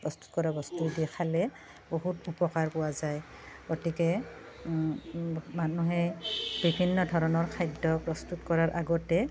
প্ৰস্তুত কৰা বস্তু দি খালে বহুত উপকাৰ পোৱা যায় গতিকে মানুহে বিভিন্ন ধৰণৰ খাদ্য প্ৰস্তুত কৰাৰ আগতে